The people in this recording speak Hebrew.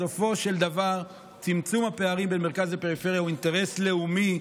בסופו של דבר צמצום הפערים בין מרכז לפריפריה הוא אינטרס לאומי,